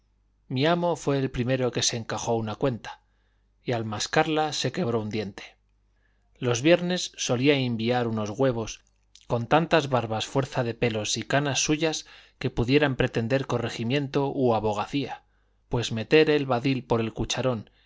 mi amo fue el primero que se encajó una cuenta y al mascarla se quebró un diente los viernes solía inviar unos güevos con tantas barbas fuerza de pelos y canas suyas que pudieran pretender corregimiento u abogacía pues meter el badil por el cucharón